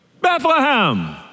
Bethlehem